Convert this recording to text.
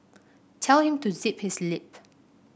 tell him to zip his lip